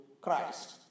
Christ